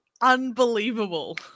Unbelievable